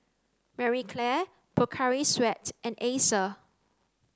Marie Claire Pocari Sweat and Acer